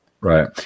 Right